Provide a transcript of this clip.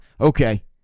okay